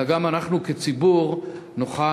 אלא גם אנחנו כציבור נוכל,